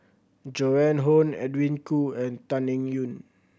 Joan Hon Edwin Koo and Tan Eng Yoon